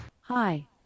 Hi